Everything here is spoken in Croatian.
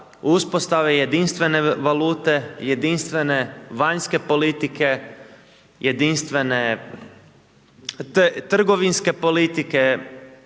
uspostave jedinstvene valute, jedinstvene vanjske politike, jedinstvene trgovinske politike